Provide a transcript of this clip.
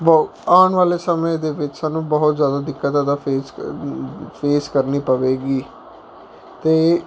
ਵੋ ਆਉਣ ਵਾਲੇ ਸਮੇਂ ਦੇ ਵਿੱਚ ਸਾਨੂੰ ਬਹੁਤ ਜ਼ਿਆਦਾ ਦਿੱਕਤਾਂ ਦਾ ਫੇਸ ਫੇਸ ਕਰਨੀ ਪਵੇਗੀ ਅਤੇ